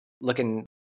looking